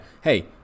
hey